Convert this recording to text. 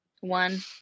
one